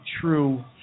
true